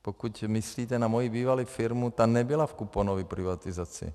Pokud myslíte na moji bývalou firmu, ta nebyla v kuponové privatizaci.